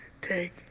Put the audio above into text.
Take